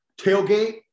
tailgate